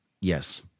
Yes